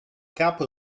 capo